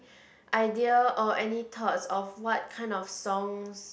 idea or any thoughts of what kind of songs